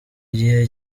gihe